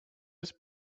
his